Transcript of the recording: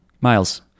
miles